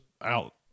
out